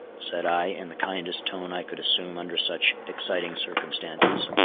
said i, in the kindest tone i could assume under such exciting circumstances,